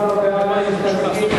על רכבת מקומית,